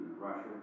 Russia